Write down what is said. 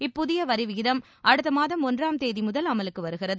இப்புதிய வரி விகிதம் அடுத்த மாதம் ஒன்றாம் தேதி முதல் அமலுக்கு வருகிறது